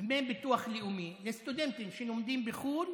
דמי ביטוח לאומי של סטודנטים שלומדים בחו"ל